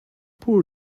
pour